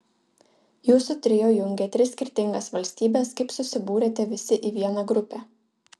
jūsų trio jungia tris skirtingas valstybes kaip susibūrėte visi į vieną grupę